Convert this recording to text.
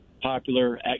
popular